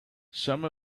some